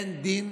אין דין